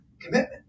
commitment